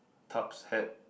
tub's hat